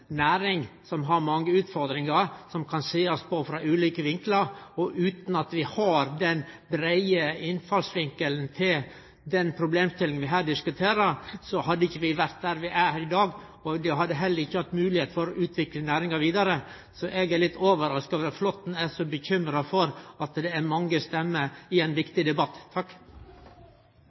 kan sjå på frå ulike vinklar. Utan at vi har den breie innfallsvinkelen til den problemstillinga vi her diskuterer, hadde vi ikkje vore der vi er i dag, og ein hadde heller ikkje hatt moglegheit for å utvikle næringa vidare. Eg er difor litt overraska over at Flåtten er så bekymra for at det et mange stemmer i ein viktig debatt.